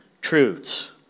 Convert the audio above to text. truths